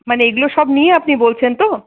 মানে এগুলো সব নিয়ে আপনি বলছেন তো